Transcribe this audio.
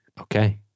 Okay